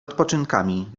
odpoczynkami